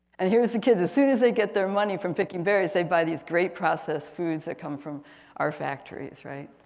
and here's the kid as soon as they get their money from picking berries they buy these great processed foods that come from our factories right.